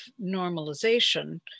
normalization